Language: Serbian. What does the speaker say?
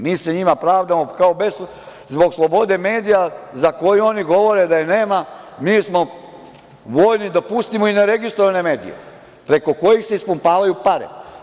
Mi se njima pravdamo zbog slobode medija, za koju oni govore da je nema, mi smo voljni da pustimo i neregistrovane medije, preko kojih se ispumpavaju pare.